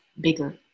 bigger